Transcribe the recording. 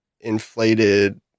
inflated